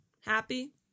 Happy